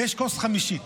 ויש כוס חמישית.